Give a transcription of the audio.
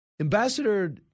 Ambassador